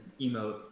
emote